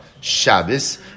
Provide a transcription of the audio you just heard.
Shabbos